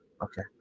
Okay